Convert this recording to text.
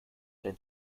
dein